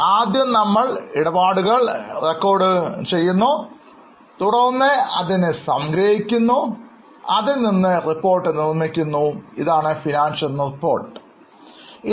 ആദ്യം നമ്മൾ ഇടപാടുകൾ റെക്കോർഡ് ചെയ്യുന്നു തുടർന്ന് അതിനെ സംഗ്രഹിക്കുകയും അതിൽ നിന്നും റിപ്പോർട്ടുകൾ നിർമ്മിക്കുന്നതിനെ ആണ് ഫൈനാൻഷ്യൽ റിപ്പോർട്ടുകൾ എന്ന് വിളിക്കുന്നത്